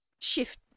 shift